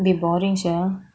will be boring sia